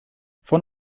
von